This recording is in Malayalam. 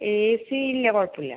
എ സി ഇല്ല കുഴപ്പം ഇല്ല